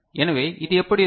எனவே இது எப்படி இருக்கும்